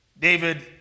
David